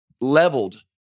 leveled